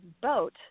boat